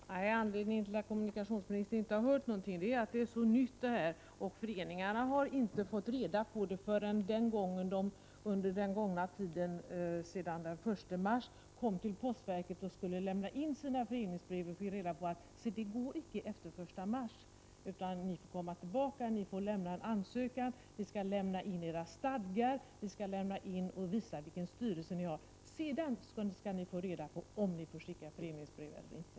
Fru talman! Anledningen till att kommunikationsministern inte hört något är att detta är så nytt. Föreningarna fick inte reda på detta förrän de efter den 1 mars kom till postverket och skulle lämna in sina föreningsbrev. Då fick de veta att de skulle komma tillbaka med en ansökan, lämna in sina stadgar och visa vilken styrelse de hade. Sedan skulle de få reda på om de fick skicka föreningsbrev eller inte.